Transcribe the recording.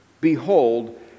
behold